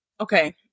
Okay